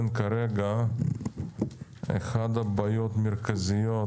אחת הבעיות המרכזיות